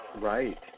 Right